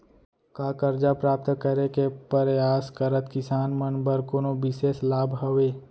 का करजा प्राप्त करे के परयास करत किसान मन बर कोनो बिशेष लाभ हवे?